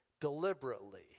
deliberately